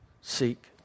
seek